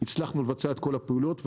והצלחנו לבצע את כל הפעולות.